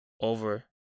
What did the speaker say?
over